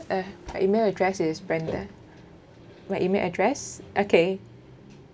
uh my email address is brenda my email address okay